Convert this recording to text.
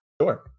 sure